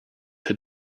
had